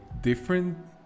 different